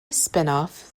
spinoff